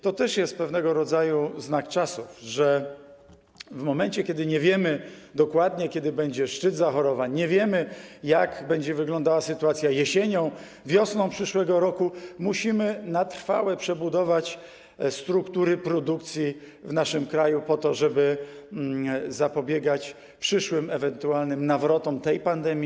To też jest pewnego rodzaju znak czasów, że w momencie kiedy nie wiemy dokładnie, kiedy będzie szczyt zachorowań, nie wiemy, jak będzie wyglądała sytuacja jesienią, wiosną przyszłego roku, musimy na trwałe przebudować struktury produkcji w naszym kraju po to, żeby zapobiegać przyszłym ewentualnym nawrotom tej pandemii.